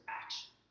action